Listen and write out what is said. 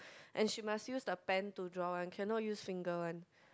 and she must use the pen to draw one cannot use finger one